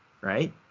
right